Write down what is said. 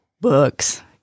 Books